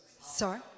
Sorry